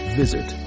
visit